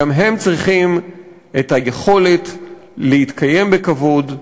גם הם צריכים את היכולת להתקיים בכבוד,